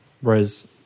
Whereas